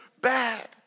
bad